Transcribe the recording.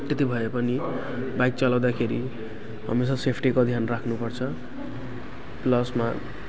त्यति भए पनि बाइक चलाउँदाखेरि हमेसा सेफ्टीको ध्यान राख्नुपर्छ लासमा